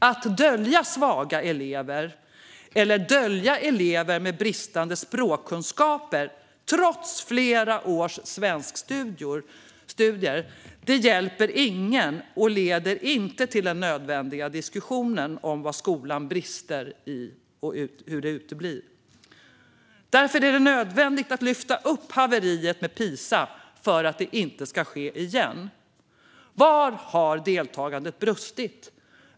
Att dölja svaga elever eller elever med bristande språkkunskaper, trots flera års svenskstudier, hjälper ingen och det leder till att den nödvändiga diskussionen om vad skolan brister i uteblir. Det är därför nödvändigt att lyfta upp haveriet med PISA så att det inte sker igen. Var har deltagandet brustit?